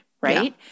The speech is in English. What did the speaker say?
right